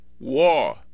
war